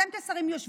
אתם כשרים יושבים,